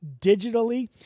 digitally